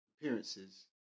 appearances